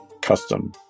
custom